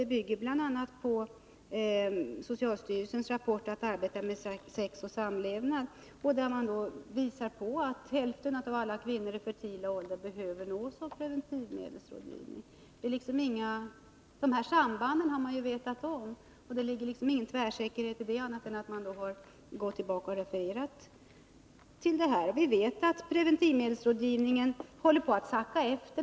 De bygger bl.a. på socialstyrelsens rapport Att arbeta med sex och samlevnad, som visar att hälften av alla kvinnor i fertil ålder behöver nås av preventivmedelsrådgivning. De här sambanden har vi vetat om, och det ligger ingen tvärsäkerhet i detta annat än att jag har refererat till detta. Vi vet att preventivmedelsrådgivningen håller på att sacka efter.